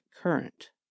current